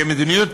כמדיניות,